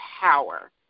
power